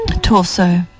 torso